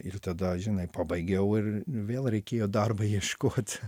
ir tada žinai pabaigiau ir vėl reikėjo darbo ieškot